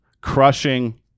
crushing